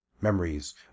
Memories